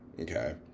okay